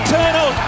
Eternal